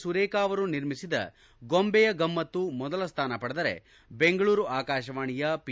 ಸುರೇಖಾ ಅವರು ನಿರ್ಮಿಸಿದ ಗೊಂಬೆಯ ಗಮ್ನತ್ತು ಮೊದಲ ಸ್ಥಾನ ಪಡೆದರೆ ಬೆಂಗಳೂರು ಆಕಾಶವಾಣಿಯ ಪಿ